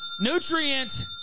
Nutrient